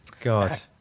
God